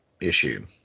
issue